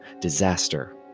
disaster